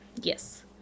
Yes